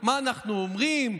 מה אנחנו אומרים?